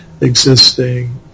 existing